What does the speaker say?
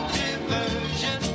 diversion